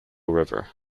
river